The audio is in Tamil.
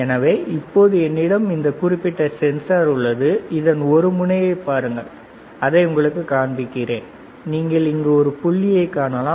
எனவே இப்போது என்னிடம் இந்த குறிப்பிட்ட சென்சார் உள்ளது இதன் ஒரு முனையைப் பாருங்கள் அதை உங்களுக்குக் காண்பிக்கிறேன் நீங்கள் இங்கே புள்ளியைக் காணலாம்